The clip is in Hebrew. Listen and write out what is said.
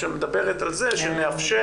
מדברת על זה שנאפשר